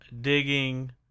digging